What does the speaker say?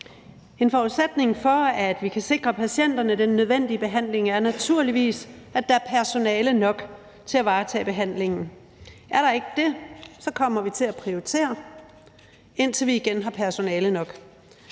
En forudsætning for, at vi kan sikre patienterne den nødvendige behandling, er naturligvis, at der er personale nok til at varetage behandlingen. Er der ikke det, kommer vi til at prioritere, indtil vi igen har personale nok.